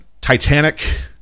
Titanic